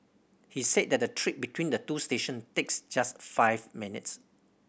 he said that the trip between the two stations takes just five minutes